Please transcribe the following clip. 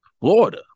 Florida